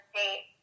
State